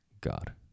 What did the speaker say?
God